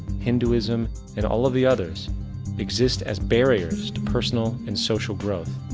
hinduism and all of the others exist as barriers to personal and social growth.